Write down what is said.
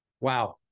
Wow